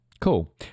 Cool